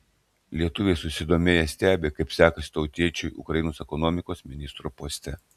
lietuviai susidomėję stebi kaip sekasi tautiečiui ukrainos ekonomikos ministro poste